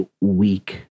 weak